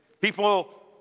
people